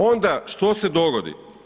Onda što se dogodi?